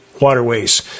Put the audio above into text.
waterways